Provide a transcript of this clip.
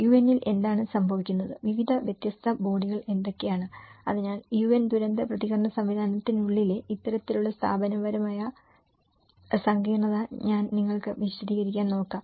യുഎന്നിൽ എന്താണ് സംഭവിക്കുന്നത് വിവിധ വ്യത്യസ്ത ബോഡികൾ എന്തൊക്കെയാണ് അതിനാൽ യുഎൻ ദുരന്ത പ്രതികരണ സംവിധാനത്തിനുള്ളിലെ ഇത്തരത്തിലുള്ള സ്ഥാപനപരമായ സങ്കീർണ്ണത ഞാൻ നിങ്ങൾക്ക് വിശദീകരിക്കാൻ നോക്കാം